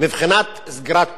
מבחינת סגירת פערים.